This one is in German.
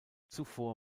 zuvor